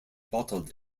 bottled